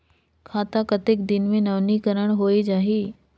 खाता कतेक दिन मे नवीनीकरण होए जाहि??